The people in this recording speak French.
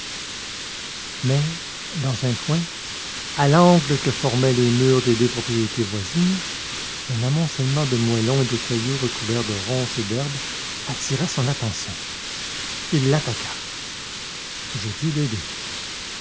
mais dans un coin à l'angle que formaient les murs de deux propriétés voisines un amoncellement de moellons et de cailloux recouverts de ronces et d'herbes attira son attention il l'attaqua je dus l'aider